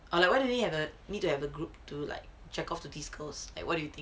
or what do they have a need to have a group to like jerk off to these girls what do you think